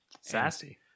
Sassy